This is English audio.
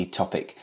topic